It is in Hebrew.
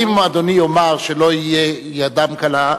כי אם אדוני יאמר שלא תהיה ידם קלה,